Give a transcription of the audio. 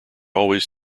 always